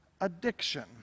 addiction